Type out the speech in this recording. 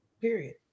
Period